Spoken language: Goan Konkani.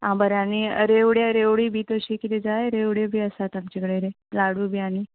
आं बरें आनी रेवड्यो रेवडी बी तशी कितें जाय रेवड्यो बी आसा आमचे कडेन लाडू बीन आनी